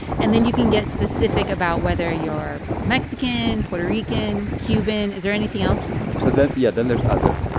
and then you can get specific about whether you're mexican, puerto rican, cuban. is there anything else? so that yeah. then there's other.